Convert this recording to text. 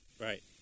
Right